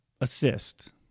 assist